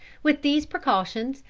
with these precautions,